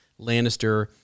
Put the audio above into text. Lannister